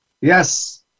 Yes